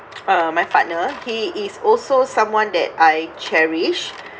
uh my partner he is also someone that I cherish